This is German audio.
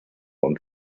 und